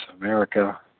America